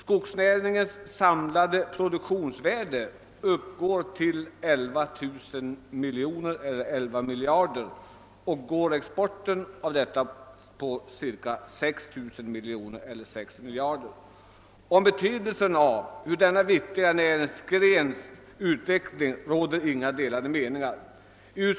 Skogsnäringens samlade produktionsvärde uppgår till 11 miljarder kronor och exporten av dess produkter har ett värde av cirka 6 miljarder kronor. Om betydelsen av denna viktiga näringsgrens utveckling råder inga delade meningar.